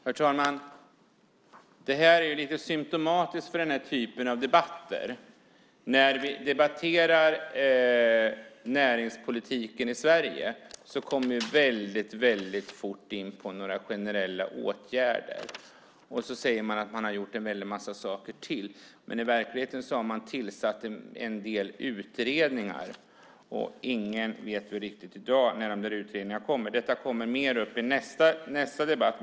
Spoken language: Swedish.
Herr talman! Det här är lite symtomatiskt för den här typen av debatter. När vi debatterar näringspolitiken i Sverige kommer vi väldigt fort in på några generella åtgärder. Så säger man att man har gjort en väldig massa saker till, men i verkligheten har man tillsatt en del utredningar. Ingen vet riktigt i dag när de utredningarna kommer. Detta kommer mer upp i nästa debatt.